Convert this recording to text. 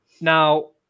Now